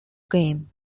game